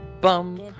bum